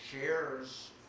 shares